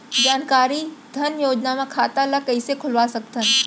जानकारी धन योजना म खाता ल कइसे खोलवा सकथन?